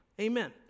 Amen